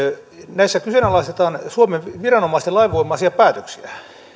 näissä kyseenalaistetaan suomen viranomaisten lainvoimaisia päätöksiä